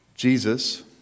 Jesus